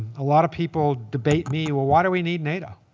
a lot of people debate me, well, why do we need nato?